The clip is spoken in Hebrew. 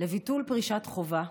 לביטול פרישת חובה,